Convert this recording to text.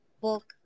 book